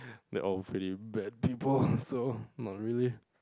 they are all pretty bad people so not really